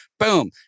Boom